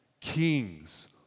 kings